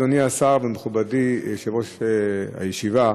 אדוני השר ומכובדי יושב-ראש הישיבה: